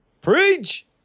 Preach